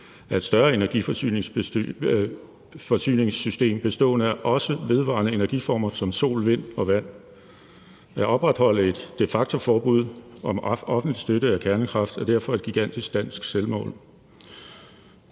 et større energiforsyningssystem også bestående af vedvarende energiformer som sol, vind og vand. At opretholde et de facto-forbud om offentlig støtte af kernekraft er derfor et gigantisk dansk selvmål.